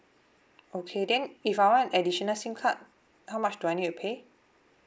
okay then if I want additional SIM card how much do I need to pay